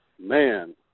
man